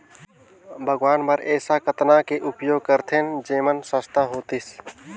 बागवानी बर ऐसा कतना के उपयोग करतेन जेमन सस्ता होतीस?